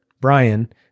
Brian